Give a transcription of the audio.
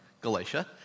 Galatia